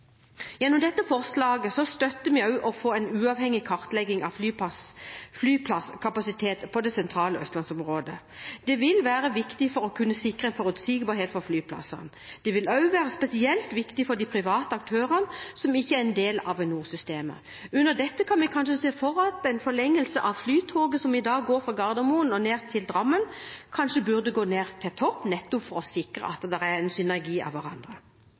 Gjennom dette forslaget støtter vi en uavhengig kartlegging av flyplasskapasiteten i det sentrale østlandsområdet. Det vil være viktig for å kunne sikre forutsigbarhet for flyplassene. Det vil også være spesielt viktig for de private aktørene som ikke er en del av Avinor-systemet. Under dette kan vi kanskje se for oss en forlengelse av flytoget, at det som i dag går fra Gardermoen ned til Drammen, kanskje burde gå ned til Torp – nettopp for å sikre dem synergi av hverandre.